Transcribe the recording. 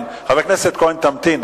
תמתין,